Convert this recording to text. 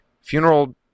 funeral